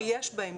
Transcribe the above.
שיש בהן,